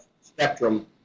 Spectrum